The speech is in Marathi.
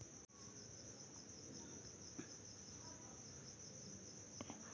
आधुनिक जमानाम्हा नकली संप्रेरकसना वापर करीसन प्रजनन करता येस